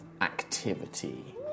activity